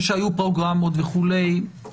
שהיו פרוגרמות וכו',